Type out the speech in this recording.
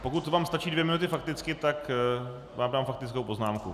Pokud vám stačí dvě minuty fakticky, tak vám dám faktickou poznámku .